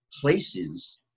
places